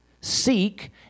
Seek